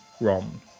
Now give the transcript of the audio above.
ROM